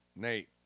Nate